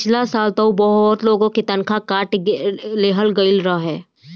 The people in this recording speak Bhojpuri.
पिछला साल तअ बहुते लोग के तनखा काट लेहल गईल रहे